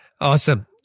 Awesome